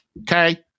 okay